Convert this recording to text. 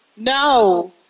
No